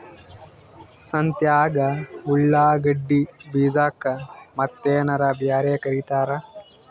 ಸಂತ್ಯಾಗ ಉಳ್ಳಾಗಡ್ಡಿ ಬೀಜಕ್ಕ ಮತ್ತೇನರ ಬ್ಯಾರೆ ಕರಿತಾರ?